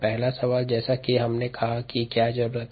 पहला सवाल जैसा कि हमने कहा कि क्या जरूरत है